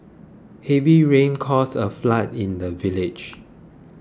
heavy rains caused a flood in the village